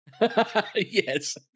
Yes